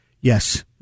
yes